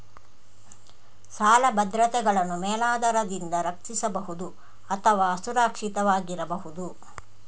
ಸಾಲ ಭದ್ರತೆಗಳನ್ನು ಮೇಲಾಧಾರದಿಂದ ರಕ್ಷಿಸಬಹುದು ಅಥವಾ ಅಸುರಕ್ಷಿತವಾಗಿರಬಹುದು